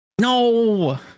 No